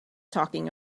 talking